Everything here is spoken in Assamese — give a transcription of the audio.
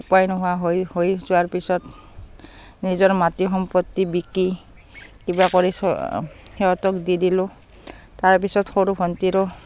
উপায় নোহোৱা হৈ হৈ যোৱাৰ পিছত নিজৰ মাটি সম্পত্তি বিকি কিবা কৰি সিহঁতক দি দিলোঁ তাৰপিছত সৰু ভন্টিৰো